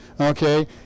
Okay